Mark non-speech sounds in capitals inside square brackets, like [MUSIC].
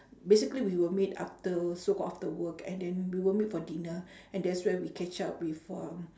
basically we will meet after so-called after work and then we will meet for dinner [BREATH] and that's where we catch up with um